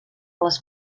les